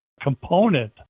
component